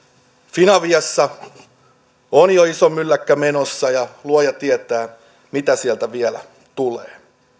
fin aviassa on jo iso mylläkkä menossa ja luoja tietää mitä sieltä vielä tulee